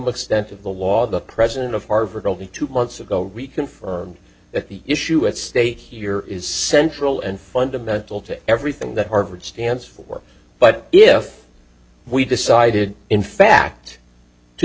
of the law the president of harvard only two months ago reconfirmed that the issue at stake here is central and fundamental to everything that harvard stands for but if we decided in fact to